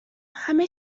همه